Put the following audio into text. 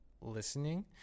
listening